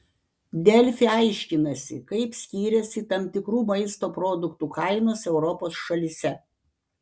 delfi aiškinasi kaip skiriasi tam tikrų maisto produktų kainos europos šalyse